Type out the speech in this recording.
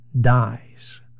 dies